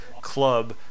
club